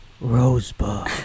Rosebud